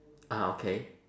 ah okay